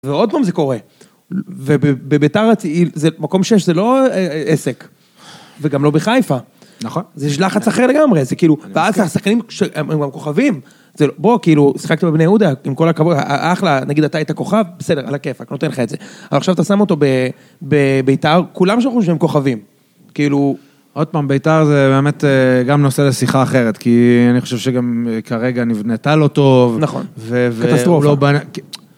ועוד פעם זה קורה, ובבית"ר זה מקום שש, זה לא עסק וגם לא בחיפה. נכון. זה יש לחץ אחר לגמרי, זה כאילו, ואז השחקנים הם גם כוכבים, בוא, כאילו, שיחקת בבני יהודה עם כל הכבוד, אחלה, נגיד אתה היית כוכב, בסדר, על הכיפאק, אני נותן לך את זה, אבל עכשיו אתה שם אותו בבית"ר, כולם שם חושבים שהם כוכבים, כאילו. עוד פעם, בית"ר זה באמת גם נושא לשיחה אחרת, כי אני חושב שגם כרגע נבנתה לא טוב. נכון, קטסטרופה.